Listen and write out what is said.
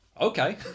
okay